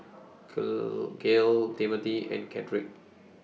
Girl Gayle Timmothy and Cedrick